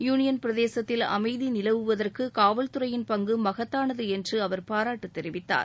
union பிரதேசத்தில் அமைதி நிலவுவதற்கு காவல்துறையின் பங்கு மகத்தானது என்று அவர் பாராட்டு தெரிவித்தார்